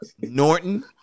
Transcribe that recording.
Norton